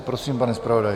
Prosím, pane zpravodaji.